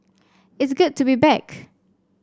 it's good to be back